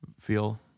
Feel